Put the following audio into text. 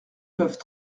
peuvent